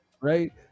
Right